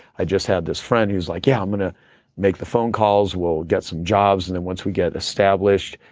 i just had this friend who's like, yeah, i'm going to ah make the phone calls. we'll get some jobs and then once we get established,